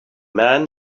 man